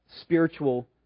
spiritual